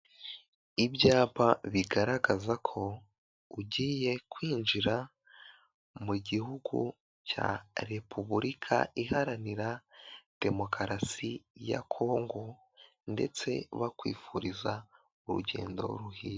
Ibyapa bigaragaza ko ugiye kwinjira mu gihugu cya Repubulika Iharanira Demokarasi ya Kongo ndetse bakwifuriza urugendo ruhire.